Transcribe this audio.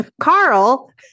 Carl